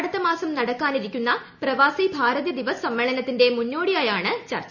അടുത്ത മാസം നടക്കാനിരിക്കുന്ന പ്രവാസി ഭാരതീയ ദിവസ് സമ്മേളനത്തിന്റെ മുന്നോടിയായാണ് പ്രിർച്ച്